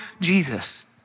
Jesus